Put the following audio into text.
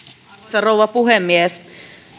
rouva puhemies